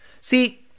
See